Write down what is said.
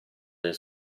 del